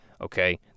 Okay